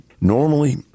Normally